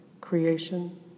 creation